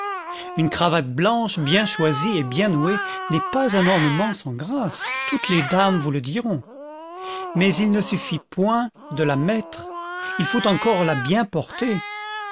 une cravate blanche bien choisie et bien nouée n'est pas un ornement sans grâce toutes les dames vous le diront max il ne suffit point de la mettre il faut encore la bien porter